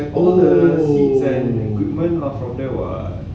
oh jamco